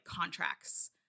contracts